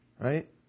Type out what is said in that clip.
Right